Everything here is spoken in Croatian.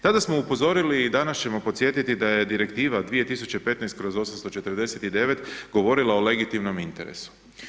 Tada smo upozorili i danas ćemo podsjetiti da je Direktiva 2015/849 govorila o legitimnom interesu.